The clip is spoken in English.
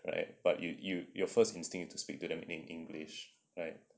right but you you your first instinct is to speak to them in english right